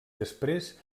després